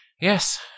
Yes